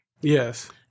Yes